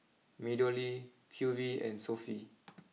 Meadow Lea Q V and Sofy